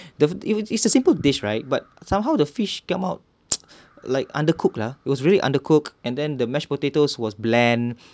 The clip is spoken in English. the it was it's a simple dish right but somehow the fish come out like undercooked lah it was really undercooked and then the mashed potatoes was bland